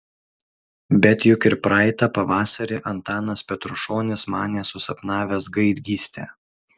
bet juk ir praeitą pavasarį antanas petrušonis manė susapnavęs gaidgystę